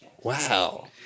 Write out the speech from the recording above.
Wow